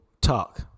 talk